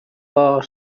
bar